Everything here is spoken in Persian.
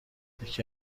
یکی